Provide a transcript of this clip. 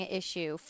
issue